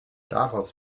daraus